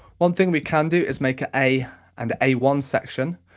one thing we can do is make an a and a one section,